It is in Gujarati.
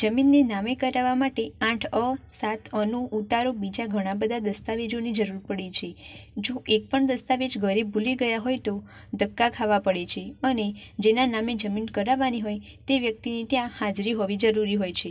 જમીનને નામે કરાવવા માટે આઠ અ સાત અ નો ઉતારો બીજા ઘણા બધા દસ્તાવેજોની જરૂર પડે છે જો એક પણ દસ્તાવેજ ઘરે ભૂલી ગયા હોય તો ધક્કા ખાવા પડે છે અને જેનાં નામે જમીન કરાવવાની હોય તે વ્યક્તિની ત્યાં હાજરી હોવી જરૂરી હોય છે